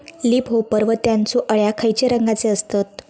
Leaf hopper व त्यानचो अळ्या खैचे रंगाचे असतत?